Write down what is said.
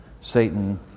Satan